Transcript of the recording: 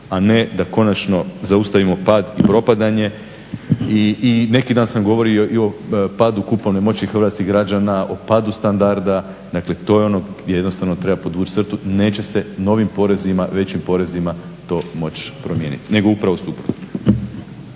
a ne da konačno zaustavimo pad i propadanje. I neki dan sam govorio o padu kupovne moći hrvatskih građana, o padu standarda. Dakle, to je ono gdje jednostavno treba podvući crtu. Neće se novim porezima, većim porezima to moći promijeniti nego upravo suprotno.